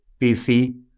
PC